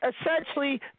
essentially